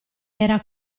era